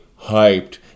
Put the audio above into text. hyped